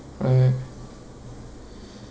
why eh